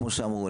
כמו שאמרו,